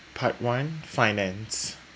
part one finance